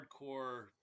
hardcore